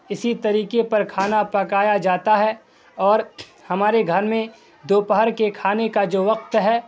اسی طریقے پر کھانا پکایا جاتا ہے اور ہمارے گھر میں دوپہر کے کھانے کا جو وقت ہے